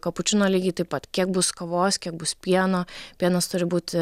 kapučino lygiai taip pat kiek bus kavos kiek bus pieno pienas turi būti